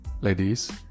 ladies